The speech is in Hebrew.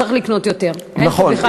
צריך לקנות יותר, אין פה בכלל שאלה.